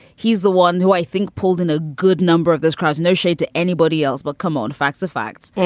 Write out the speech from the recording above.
he's the one who i think pulled in a good number of those crowds. no shade to anybody else. but come on. facts are facts.